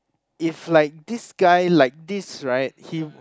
if like this guy like this right he